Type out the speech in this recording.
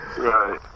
right